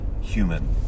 human